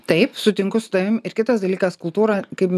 taip sutinku su tavim ir kitas dalykas kultūra kaip